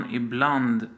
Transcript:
ibland